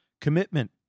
commitment